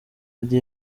teddy